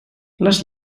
les